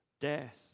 death